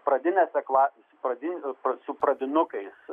pradinėse klasėse pradi e su pradinukais